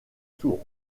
tour